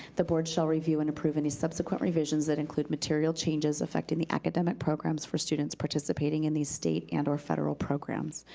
the board shall review and approve any subsequent revisions that include material changes affecting the academic programs for students participating in these states and or federal programs.